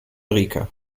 rica